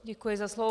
Děkuji za slovo.